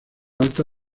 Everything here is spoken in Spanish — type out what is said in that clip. alta